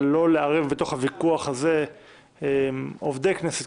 -- אבל לא לערב בתוך הוויכוח הזה עובדי כנסת,